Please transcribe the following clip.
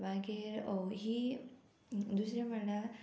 मागीर ही दुसरें म्हळ्यार